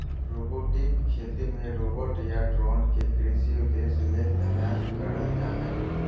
robotic खेती मे robot या ड्रोन के कृषि उद्देश्य ले तैनात करल जा हई